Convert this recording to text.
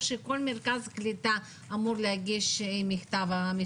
או שכל מרכז קליטה אמור להגיש מכתב?